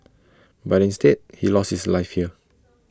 but instead he lost his life here